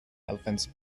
elephants